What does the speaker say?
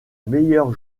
meilleur